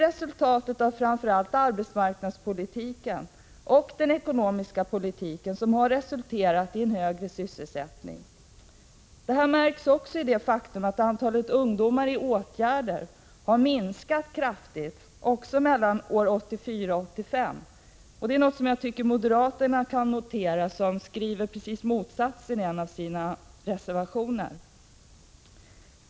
Det är framför allt arbetsmarknadspolitiken och den ekonomiska politiken — Prot. 1985/86:108 som har resulterat i en högre sysselsättning. Det märks också av det faktum 3 april 1986 att antalet ungdomar i arbetsmarknadspolitiska åtgärder har minskat kraftigt XX — HÄ också mellan åren 1984 och 1985. Det är något som jag tycker att Arbetsmarknadspolimoderaterna kan notera, som skriver exakt motsatsen i en av sina reservatiken tioner.